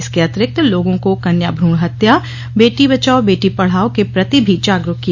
इसके अतिरिक्त लोगों को कन्या भ्रूण हत्या बेटी बचाओ बेटी पढ़ाओं के प्रति भी लोगों को जागरूक किया